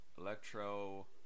Electro